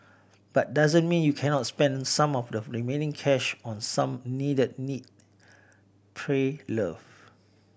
but doesn't mean you cannot spend some of the remaining cash on some needed need pray love